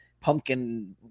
pumpkin